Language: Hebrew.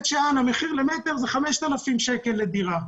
שאן המחיר למטר הוא 5,000 שקלים לדירה.